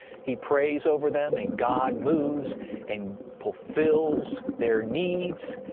he prays over them and god moves and fulfills their needs,